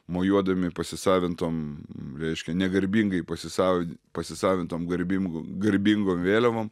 mojuodami pasisavintom m eiškia negarbingai pasisavi pasisavintom garbingu garbingom vėliavom